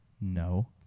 No